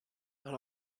not